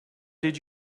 did